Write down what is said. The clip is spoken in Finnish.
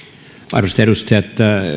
arvoisat edustajat